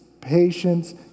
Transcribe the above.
patience